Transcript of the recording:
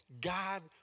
God